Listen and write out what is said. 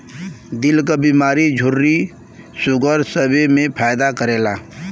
दिल क बीमारी झुर्री सूगर सबे मे फायदा करेला